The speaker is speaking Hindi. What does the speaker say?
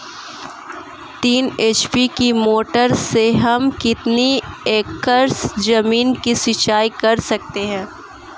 तीन एच.पी की मोटर से हम कितनी एकड़ ज़मीन की सिंचाई कर सकते हैं?